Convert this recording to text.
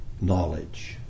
knowledge